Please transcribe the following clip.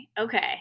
Okay